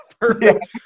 Perfect